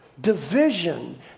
division